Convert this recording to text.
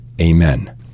amen